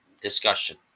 discussion